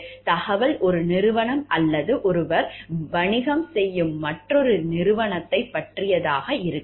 தகவல் ஒரு நிறுவனம் அல்லது ஒருவர் வணிகம் செய்யும் மற்றொரு நிறுவனத்தைப் பற்றியதாக இருக்கலாம்